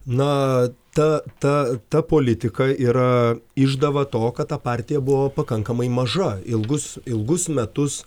na ta ta ta politika yra išdava to kad ta partija buvo pakankamai maža ilgus ilgus metus